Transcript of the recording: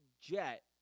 jet